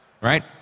right